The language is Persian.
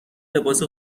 لباس